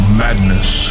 madness